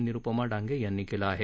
निरुपमा डांगे यांनी केलं आहे